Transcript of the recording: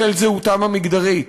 בשל זהותם המגדרית.